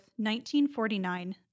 1949